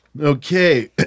Okay